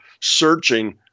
searching